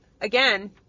again